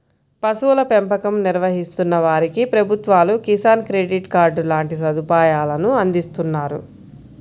పశువుల పెంపకం నిర్వహిస్తున్న వారికి ప్రభుత్వాలు కిసాన్ క్రెడిట్ కార్డు లాంటి సదుపాయాలను అందిస్తున్నారు